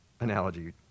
analogy